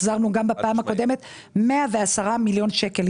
החזרנו גם בפעם הקודמת 110 מיליון שקל.